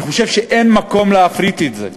אני חושב שאין מקום להפריט את זה.